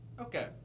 Okay